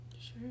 Sure